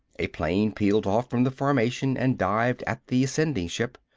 a plane peeled off from the formation and dived at the ascending ship.